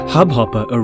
Hubhopper